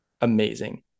Amazing